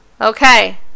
Okay